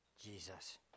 Jesus